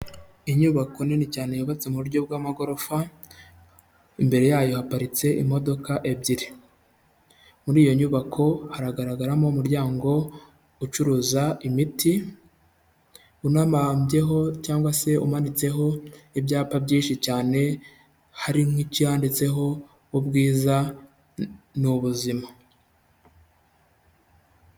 Inyubako nini cyane yubatse mu buryo bw'amagorofa, imbere yayo haparitse imodoka ebyiri. Muri iyo nyubako haragaragaramo umuryango ucuruza imiti, unamambyeho cyangwa se umanitseho ibyapa byinshi cyane, hari nk'icyaditseho ubwiza ni ubuzima.